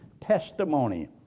testimony